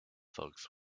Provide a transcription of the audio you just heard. folks